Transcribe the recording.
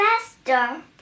faster